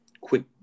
quick